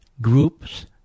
groups